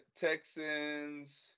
Texans